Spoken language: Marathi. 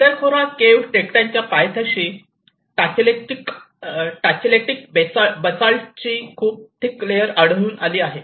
पितळखोरा केव्ह टेकड्यांच्या पायथ्याशी टाचेलेटिक बसाल्टची खूप थिक लेअर आढळून आली आहे